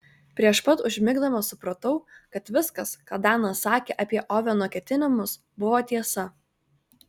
prieš pat užmigdamas supratau kad viskas ką danas sakė apie oveno ketinimus buvo tiesa